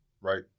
right